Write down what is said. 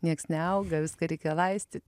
nieks neauga viską reikia laistyt